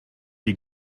die